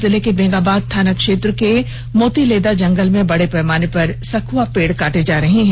जिले के बेंगाबाद थाना क्षेत्र के मोतिलेदा जंगल में बड़े पैमाने पर सखुआ पेड़ काटे जा रहे हैं